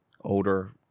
older